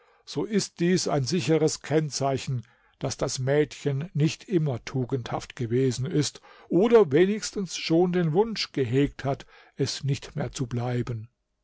so ist dies ein sicheres kennzeichen daß das mädchen nicht immer tugendhaft gewesen ist oder wenigstens schon den wunsch gehegt hat es nicht mehr zu bleiben